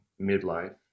midlife